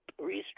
restructure